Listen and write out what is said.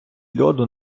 льоду